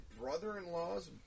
brother-in-law's